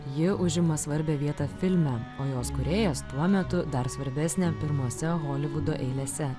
ji užima svarbią vietą filme o jos kūrėjas tuo metu dar svarbesnę pirmose holivudo eilėse